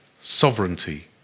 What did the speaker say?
Sovereignty